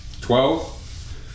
Twelve